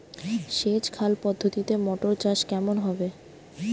সেচ খাল পদ্ধতিতে মটর চাষ কেমন হবে?